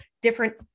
different